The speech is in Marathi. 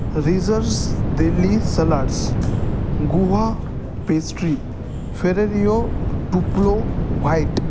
रिझर्स देल्ली सलाड्स गुहा पेस्ट्री फेरेरिओ टुपलो व्हाईट